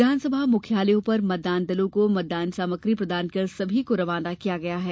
विधानसभा मुख्यालयों पर मतदान दलों को मतदान सामग्री प्रदान कर सभी को रवाना किया गया है